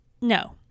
no